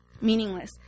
Meaningless